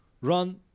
Run